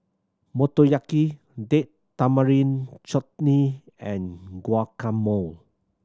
Motoyaki Date Tamarind Chutney and Guacamole